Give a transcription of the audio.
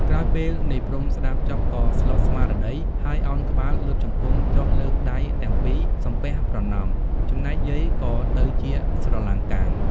ក្រោយពេលនាយ ព្រហ្ម ស្ដាប់ចប់ ក៏ស្លុតស្មារតី ហើយឱនក្បាលលុតជង្គង់ចុះលើកដៃទាំងពីរ សំពះប្រណម្យ ចំណែកយាយក៏ទៅជាស្រឡាំងកាំង ។